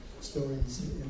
stories